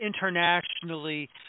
internationally